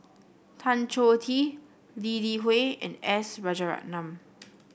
Tan Choh Tee Lee Li Hui and S Rajaratnam